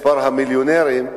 מספר המיליונרים,